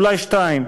אולי שתיים,